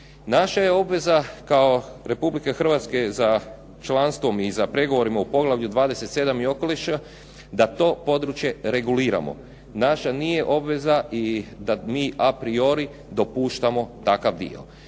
Naša je obveza kao Republike Hrvatske za članstvom i za pregovorima u poglavlju 27 – Okoliš da to područje reguliramo. Naša nije obveza da mi a priori dopuštamo takav dio.